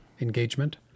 engagement